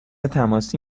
تماسی